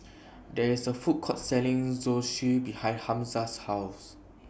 There IS A Food Court Selling Zosui behind Hamza's House